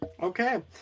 Okay